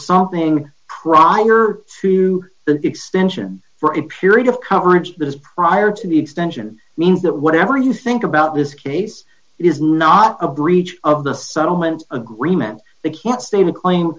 something prior to the extension for a period of coverage that is prior to the extension means that whatever you think about this case is not a breach of the settlement agreement they can't state a claim